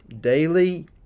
daily